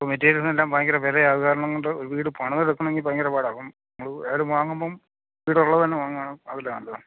materials എല്ലാം ഭയങ്കര വിലയായത് കാരണംകൊണ്ട് വീട് പണിത് കിട്ടണമെങ്കിൽ ഭയങ്കര പാടാകും അത് വാങ്ങുമ്പം വീടുളളത് തന്നെ വാങ്ങുവാണേൽ അത് ലാഭാ